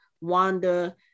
Wanda